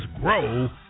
grow